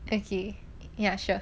okay ya sure